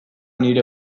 nire